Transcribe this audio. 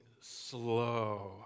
slow